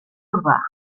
urbà